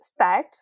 stats